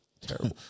Terrible